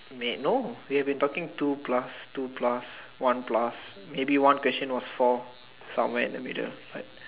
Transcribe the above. wait no we have been talking two plus two plus one plus maybe one question was four somewhere in the middle but